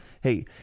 hey